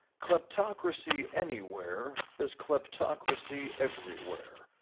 kleptocracy anywhere is kleptocracy everywhere,